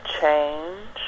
change